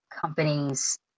companies